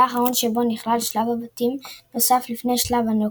היה האחרון שבו נכלל שלב הבתים הנוסף לפני שלב הנוקאאוט.